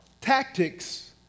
tactics